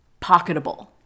pocketable